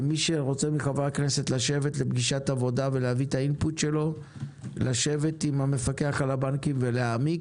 מי שרוצה מחברי הכנסת לשבת לפגישת עבודה עם המפקח על הבנקים ולהעמיק,